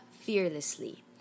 fearlessly